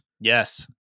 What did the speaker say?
Yes